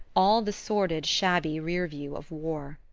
all the sordid shabby rear-view of war.